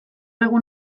egun